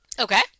Okay